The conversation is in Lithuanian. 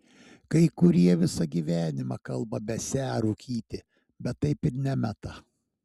kai kurie visą gyvenimą kalba mesią rūkyti bet taip ir nemeta